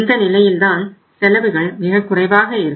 இந்த நிலையில்தான் செலவுகள் மிகக்குறைவாக இருக்கும்